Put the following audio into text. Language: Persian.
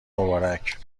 مبارک